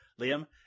Liam